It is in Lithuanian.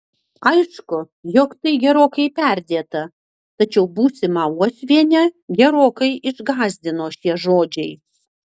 aišku jog tai gerokai perdėta tačiau būsimą uošvienę gerokai išgąsdino šie žodžiai